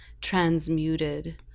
transmuted